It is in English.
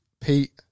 Pete